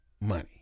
money